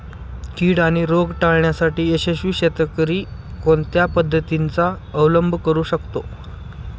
कीड आणि रोग टाळण्यासाठी यशस्वी शेतकरी कोणत्या पद्धतींचा अवलंब करू शकतो?